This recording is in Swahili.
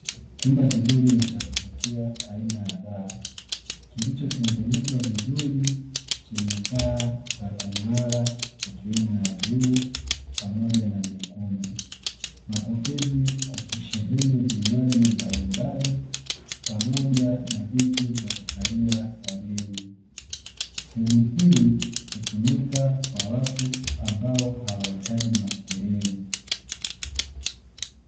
Chumba kizuri na cha kuvutia aina ya baa kilichotengenezwa vizuri chenye taa za kung'ara, ikiwemo ya bluu pamoja na nyekundu mapokezi kukisheheni vinywaji mbalimbali pamoja na viti vya kukalia wageni sehemu hii hutumika kwa watu ambao wahahitaji makelele.